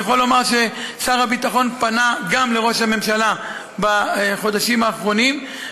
אני יכול לומר ששר הביטחון פנה גם לראש הממשלה בחודשים האחרונים,